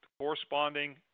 corresponding